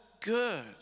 good